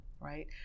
right